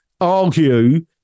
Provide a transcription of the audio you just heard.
argue